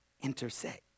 intersect